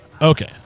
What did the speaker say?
Okay